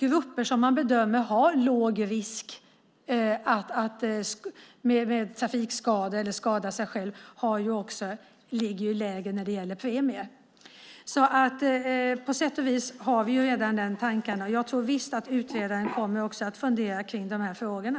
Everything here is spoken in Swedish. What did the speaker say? Grupper som man bedömer har låg risk för att orsaka trafikskador och skada sig själv ligger lägre när det gäller premier. På sätt och vis har vi redan de tankarna. Jag tror visst att utredaren också kommer att fundera på de här frågorna.